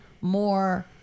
more